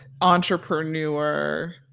entrepreneur